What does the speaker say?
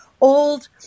old